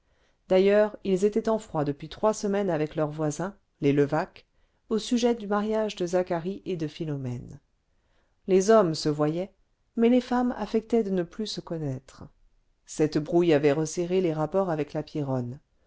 d'ailleurs ils étaient en froid depuis trois semaines avec leurs voisins les levaque au sujet du mariage de zacharie et de philomène les hommes se voyaient mais les femmes affectaient de ne plus se connaître cette brouille avait resserré les rapports avec la